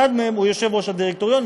אחד מהם הוא יושב-ראש הדירקטוריון,